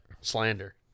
Slander